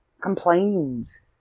complains